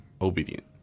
obedient